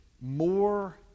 more